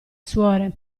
suore